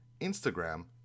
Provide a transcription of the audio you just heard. Instagram